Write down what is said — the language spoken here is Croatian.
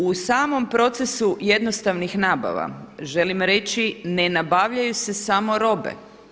U samom procesu jednostavnih nabava, želim reći ne nabavljaju se samo robe.